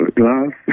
glass